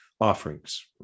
offerings